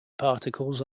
particles